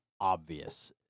obvious